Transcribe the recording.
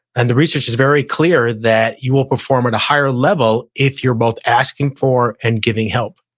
and the research is very clear that you will perform at a higher level if you're both asking for and giving help.